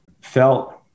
felt